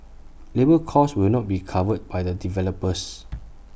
labour cost will not be covered by the developers